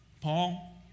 Paul